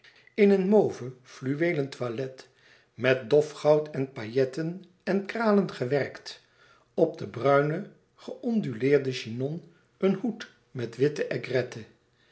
in een mauve fluweelen toilet met dof goud en pailletten en kralen gewerkt op den bruinen geönduleerden chignon een hoed met witte aigrette